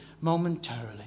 momentarily